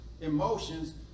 emotions